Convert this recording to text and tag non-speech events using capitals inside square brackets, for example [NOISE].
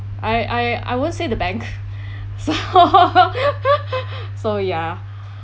I I I won't say the bank so [LAUGHS] so ya